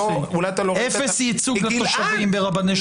אפס ייצוג לתושבים ברבני שכונות.